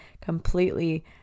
completely